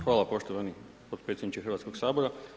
Hvala poštovani potpredsjedniče Hrvatskog sabora.